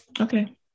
Okay